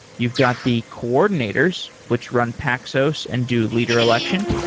you've got the coordinators, which run paxos and do leader election.